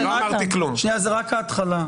שנייה, זאת רק ההתחלה.